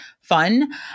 fun